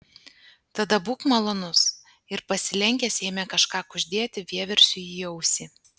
tada būk malonus ir pasilenkęs ėmė kažką kuždėti vieversiui į ausį